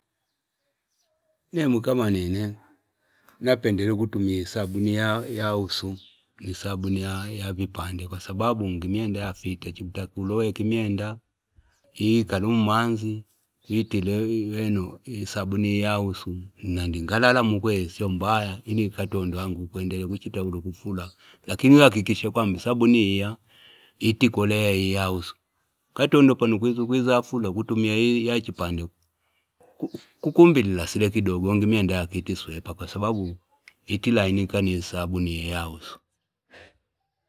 Nemwi ni kama nini. Napendele kutumia sabunia ya usu, nisabunia ya vipande. Kwa sababu mkimienda afita, chikuta kuluwe, kimienda hii kalumanzi, hii tileweno sabunia ya usu. Ndingalala mkwe siomba haya. Ini kato ndo wangu kwendele. Hichi tawdu kufula Lakini huwa kikishekua msabunia ya hiti kolea ya usu. Kato ndo panu kuisu kuisa fula kutumia ya hichi pande. Kukumbi lila sileki dogong'i mianda ya kitiswepa kwa sababu itilainika ni sabunia ya husu.